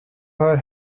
her